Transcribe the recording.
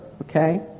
okay